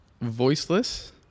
Voiceless